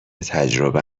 تجربه